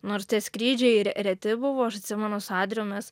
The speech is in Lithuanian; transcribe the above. nors skrydžiai re reti buvo aš atsimenu su adrijum mes